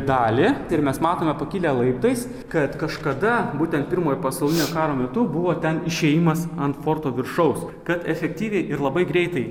dalį ir mes matome pakilę laiptais kad kažkada būtent pirmojo pasaulinio karo metu buvo ten išėjimas ant forto viršaus kad efektyviai ir labai greitai